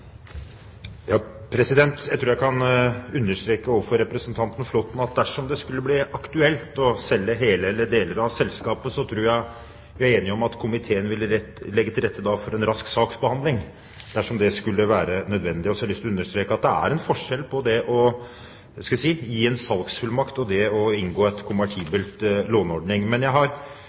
Jeg tror jeg kan understreke overfor representanten Flåtten at dersom det skulle bli aktuelt å selge hele eller deler av selskapet, tror jeg vi er enige om at komiteen ville legge til rette for en rask saksbehandling, dersom det skulle være nødvendig. Jeg har også lyst til å understreke at det er en forskjell på – skal vi si – det å gi en salgsfullmakt og det å inngå en konvertibel låneordning. Men siden jeg